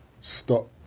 stop